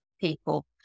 people